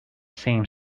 same